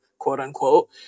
quote-unquote